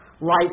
light